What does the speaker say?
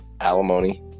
alimony